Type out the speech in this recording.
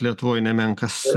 lietuvoj nemenkas